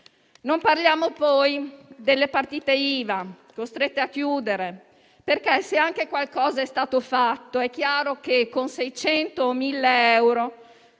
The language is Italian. Non parliamo poi delle partite IVA, costrette a chiudere perché se anche qualcosa è stato fatto, è chiaro che con 600 o 1.000 euro